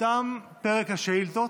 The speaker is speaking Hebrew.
תם פרק השאילתות.